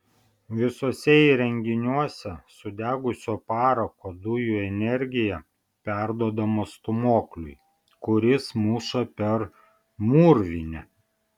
visuose įrenginiuose sudegusio parako dujų energija perduodama stūmokliui kuris muša per mūrvinę